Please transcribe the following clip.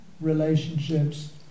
relationships